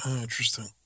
Interesting